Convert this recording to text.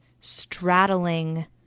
straddling